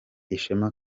ishema